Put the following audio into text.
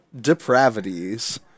depravities